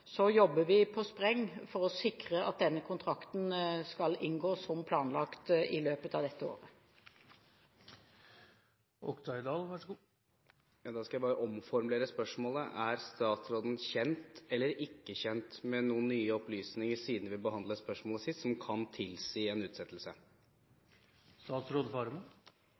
jobber vi på spreng for å sikre at denne kontrakten skal inngås som planlagt i løpet av dette året. Da skal jeg bare omformulere spørsmålet: Er statsråden kjent eller ikke kjent med noen nye opplysninger siden vi behandlet spørsmålet sist, som kan tilsi en